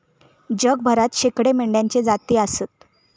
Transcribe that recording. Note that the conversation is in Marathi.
जगभरात शेकडो मेंढ्यांच्ये जाती आसत